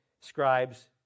scribes